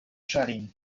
率领